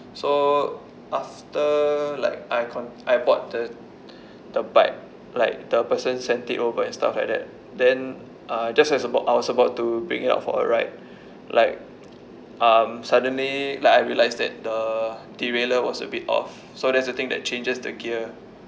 so after like I con~ I bought the the bike like the person sent it over and stuff like that then uh just as about I was about to bring it out for a ride like um suddenly like I realised that the derailleur was a bit off so that's the thing that changes the gear